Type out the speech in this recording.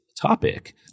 topic